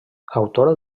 autora